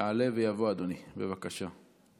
יעלה ויבוא אדוני, בבקשה.